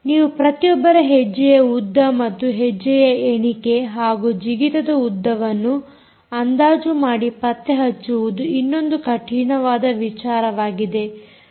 ನೀವು ಪ್ರತಿಯೊಬ್ಬರ ಹೆಜ್ಜೆಯ ಉದ್ದ ಮತ್ತು ಹೆಜ್ಜೆಯ ಎಣಿಕೆ ಹಾಗೂ ಜಿಗಿತದ ಉದ್ದವನ್ನು ಅಂದಾಜು ಮಾಡಿ ಪತ್ತೆ ಹಚ್ಚುವುದು ಇನ್ನೊಂದು ಕಠಿಣವಾದ ವಿಚಾರವಾಗಿದೆ